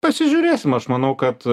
pasižiūrėsim aš manau kad